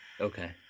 Okay